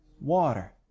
water